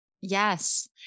Yes